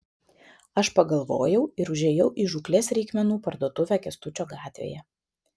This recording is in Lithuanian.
aš pagalvojau ir užėjau į žūklės reikmenų parduotuvę kęstučio gatvėje